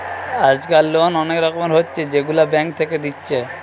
আজকাল লোন অনেক রকমের হচ্ছে যেগুলা ব্যাঙ্ক থেকে দিচ্ছে